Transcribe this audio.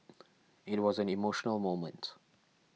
it was an emotional moment